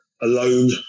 alone